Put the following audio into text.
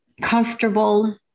comfortable